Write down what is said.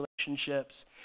relationships